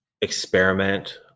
experiment